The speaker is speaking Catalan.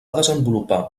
desenvolupar